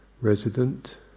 resident